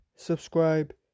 subscribe